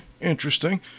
interesting